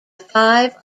five